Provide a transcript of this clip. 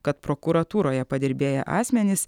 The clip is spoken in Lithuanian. kad prokuratūroje padirbėję asmenys